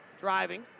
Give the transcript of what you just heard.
driving